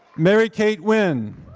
mary kathe winn,